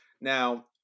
Now